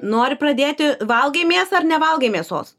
nori pradėti valgai mėsą ar nevalgai mėsos